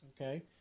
Okay